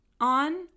on